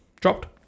dropped